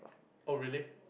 oh really